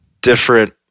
different